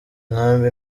nkambi